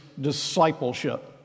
discipleship